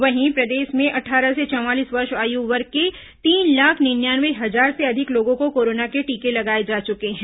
वहीं प्रदेश में अट्ठारह से चवालीस वर्ष आयु वर्ग के तीन लाख निन्यानवे हजार से अधिक लोगों को कोरोना के टीके लगाए जा चुके हैं